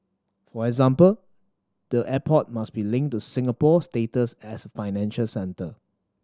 for example the airport must be linked to Singapore's status as a financial centre